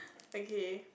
okay